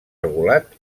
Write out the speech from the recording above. regulat